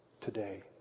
today